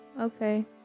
okay